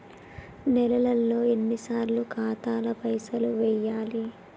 నెలలో ఎన్నిసార్లు ఖాతాల పైసలు వెయ్యాలి?